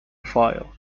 file